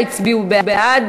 חמישה הצביעו בעד.